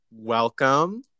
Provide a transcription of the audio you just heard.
welcome